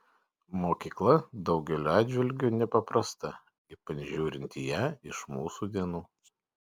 mokykla daugeliu atžvilgiu nepaprasta ypač žiūrint į ją iš mūsų dienų